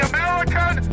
American